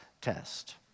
test